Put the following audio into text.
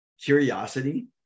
curiosity